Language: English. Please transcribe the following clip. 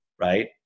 right